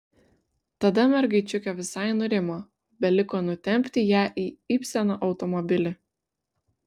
tada mergaičiukė visai nurimo beliko nutempti ją į ibseno automobilį